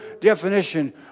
definition